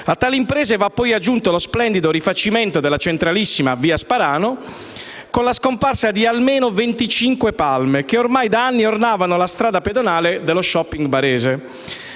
A tali imprese va poi aggiunto lo splendido rifacimento della centralissima via Sparano, con la scomparsa di almeno 25 palme, che ormai da anni ornavano la strada pedonale dello *shopping* barese.